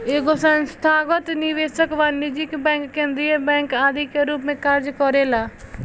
एगो संस्थागत निवेशक वाणिज्यिक बैंक केंद्रीय बैंक आदि के रूप में कार्य करेला